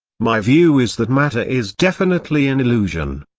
my view is that matter is definitely an illusion.